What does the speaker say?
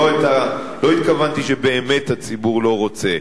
לא התכוונתי שבאמת הציבור לא רוצה.